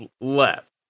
left